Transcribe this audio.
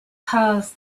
caused